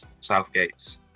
Southgate's